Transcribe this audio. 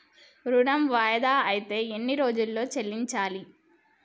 ఋణం వాయిదా అత్తే ఎన్ని రోజుల్లో చెల్లించాలి?